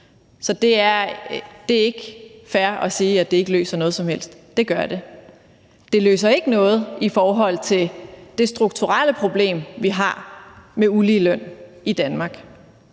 Så det er ikke fair at sige, at det ikke løser noget som helst; det gør det. Det løser ikke noget i forhold til det strukturelle problem, vi har med uligeløn i Danmark.